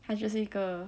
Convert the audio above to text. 他就是一个